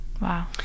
Wow